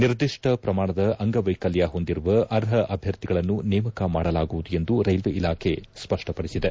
ನಿರ್ದಿಷ್ಟ ಪ್ರಮಾಣ ಅಂಗವೈಕಲ್ಯ ಹೊಂದಿರುವ ಅರ್ಪ ಅಭ್ಯರ್ಥಿಗಳನ್ನು ನೇಮಕ ಮಾಡಲಾಗುವುದು ಎಂದು ರೈಲ್ವೆ ಇಲಾಖೆ ಸ್ಪಷ್ಟಪಡಿಸಿದೆ